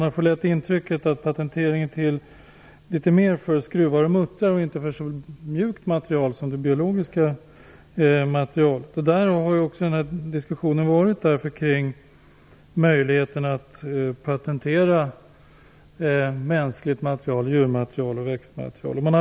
Patentering är mer till för t.ex. skruvar och muttrar och inte för något så "mjukt" som biologiskt material. Därför har diskussionen om möjligheten att patentera mänskligt material, djurmaterial och växtmaterial uppkommit.